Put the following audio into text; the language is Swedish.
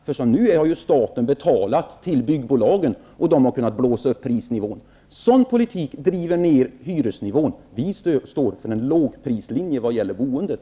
Som det nu är har ju staten betalat till byggbolagen, med påföljd att dessa har kunnat blåsa upp prisnivån. Vår politik driver ned hyresnivån. Vi står för en lågprislinje i vad gäller boendet.